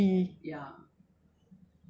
turkey turkey